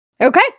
okay